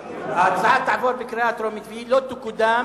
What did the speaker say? ההצעה תעבור בקריאה טרומית, והיא לא תקודם